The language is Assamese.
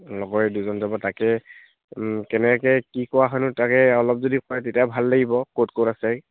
লগৰে দুজন যাব তাকে কেনেকৈ কি কৰা হয়নো তাকে অলপ যদি কয় তেতিয়া ভাল লাগিব ক'ত ক'ত আছে